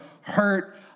hurt